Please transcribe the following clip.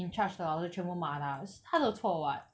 in charge 的 hor then 全部骂她 is 她的错 [what]